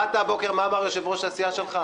שמעת הבוקר מה אמר יושב-ראש הסיעה שלך?